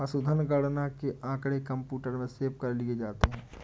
पशुधन गणना के आँकड़े कंप्यूटर में सेव कर लिए जाते हैं